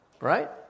right